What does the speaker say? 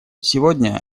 сегодня